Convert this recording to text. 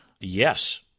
Yes